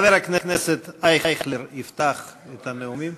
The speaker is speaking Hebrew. חבר הכנסת אייכלר יפתח את הנאומים.